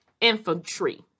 Infantry